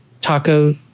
taco